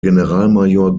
generalmajor